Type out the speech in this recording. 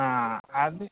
అది